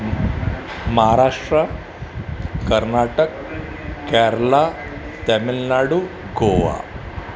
Maharashtra Karnataka Kerala Tamil Nadu Goa